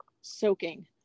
soaking